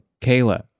Kayla